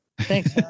Thanks